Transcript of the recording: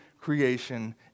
creation